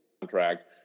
contract